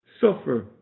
suffer